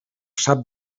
sap